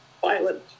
violent